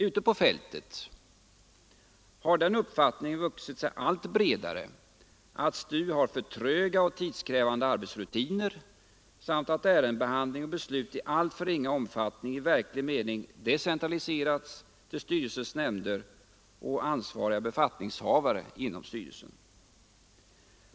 Ute på fältet har den uppfattningen vuxit sig allt bredare att STU har för tröga och tidskrävande arbetsrutiner samt att ärendebehandling och beslut i alltför ringa omfattning i verklig mening decentraliserats till styrelsens nämnder och ansvariga befattningshavare inom styrelsen.